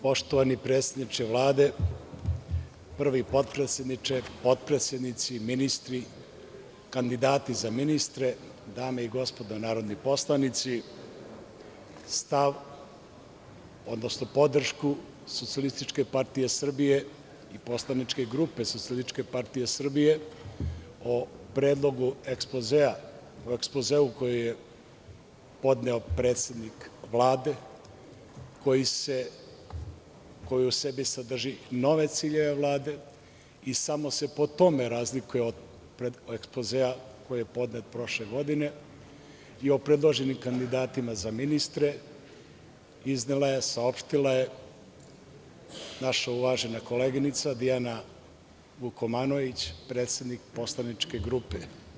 Poštovani predsedniče Vlade, prvi potpredsedniče, potpredsednici ministri, kandidati za ministre, dame i gospodo narodni poslanici, stav odnosno podršku SPS i poslaničke grupe SPS o predlogu ekspozea, o ekspozeu koji je podneo predsednik Vlade, koji u sebi sadrži nove ciljeve Vlade i samo se po tome razlikuje od ekspozea koji je podnet prošle godine i o predloženim kandidatima za ministre, iznela je saopštila je naša uvažena koleginica Dijana Vukomanović, predsednik poslaničke grupe.